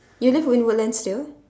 you live in woodlands still